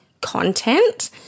content